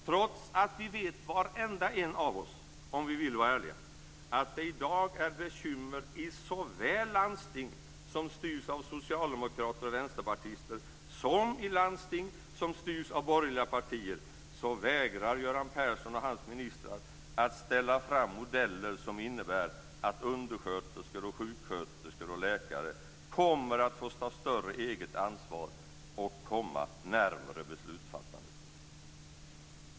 Trots att varenda en av oss, om vi vill vara ärliga, vet att det i dag är bekymmer såväl i landsting som styrs av socialdemokrater och vänsterpartister som i landsting som styrs av borgerliga partier vägrar Göran Persson och hans ministrar att släppa fram modeller som innebär att undersköterskor, sjuksköterskor och läkare får ta ett större eget ansvar och komma närmre beslutsfattarna.